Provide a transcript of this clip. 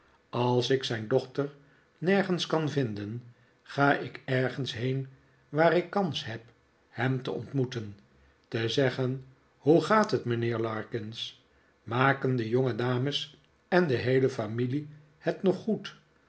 als ik zijn dochter nergens kan vinden ga ik ergens heen waar ik kans heb hem te ontmoeten te zeggen hoe gaat het mijnheer larkins maken de jongedames en de heele familie het nog goed